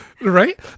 right